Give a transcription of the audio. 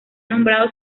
nombrado